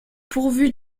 pourvues